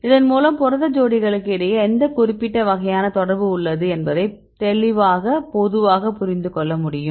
இதன் மூலம் புரத ஜோடிகளுக்கு இடையே எந்த குறிப்பிட்ட வகையான தொடர்பு உள்ளது என்பதை பொதுவாக புரிந்துகொள்ள முடியும்